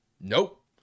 Nope